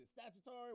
statutory